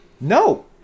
no